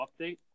update